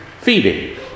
feeding